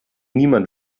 niemand